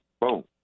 boom